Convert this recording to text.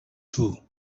two